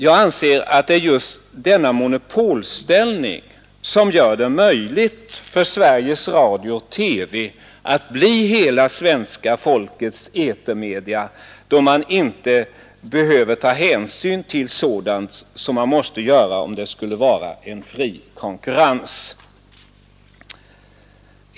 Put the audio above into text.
Jag anser att det är just denna monopolställning som gör det möjligt för Sveriges Radio och TV att bli hela svenska folkets etermedia, då man inte behöver ta hänsyn till sådant som man måste beakta om det skulle vara en fri konkurrens.